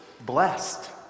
blessed